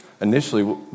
initially